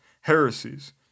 heresies